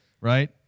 right